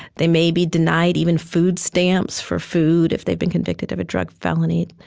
they may be denied even food stamps for food if they've been convicted of a drug felony.